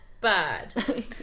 Bad